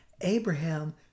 Abraham